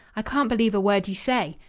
i can't believe a word you say.